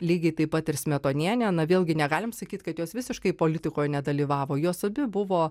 lygiai taip pat ir smetonienė na vėlgi negalim sakyt kad jos visiškai politikoj nedalyvavo jos abi buvo